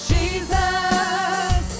Jesus